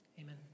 Amen